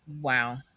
Wow